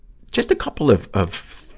just a couple of, of,